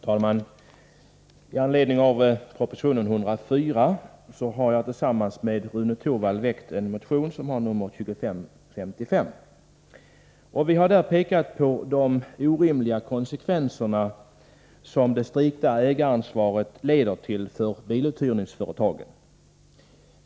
Herr talman! I anledning av proposition 104 har jag tillsammans med Rune Torwald väckt en motion som har nr 2555. Vi har där pekat på de orimliga konsekvenser som det strikta ägaransvaret leder till för biluthyrningsföretagen.